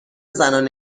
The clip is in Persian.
زنان